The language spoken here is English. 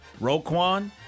Roquan